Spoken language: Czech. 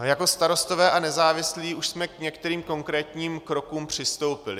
Jako Starostové a nezávislí už jsme k některým konkrétním krokům přistoupili.